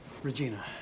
Regina